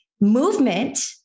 Movement